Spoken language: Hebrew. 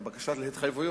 עם בקשה להתחייבויות,